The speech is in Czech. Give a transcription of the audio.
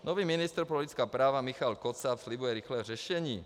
Nový ministr pro lidská práva Michael Kocáb slibuje rychlé řešení.